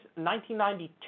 1992